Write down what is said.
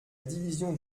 division